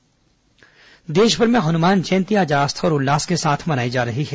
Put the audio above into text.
हनुमान जयंती देशभर में हनुमान जयंती आज आस्था और उल्लास के साथ मनाई जा रही है